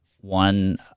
one